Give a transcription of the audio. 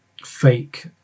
fake